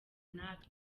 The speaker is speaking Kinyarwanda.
natwe